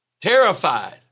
Terrified